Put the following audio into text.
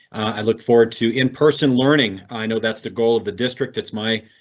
i look forward to in person learning. i know that's the goal of the district. it's my.